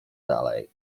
dalej